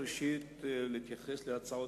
תודה.